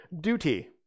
duty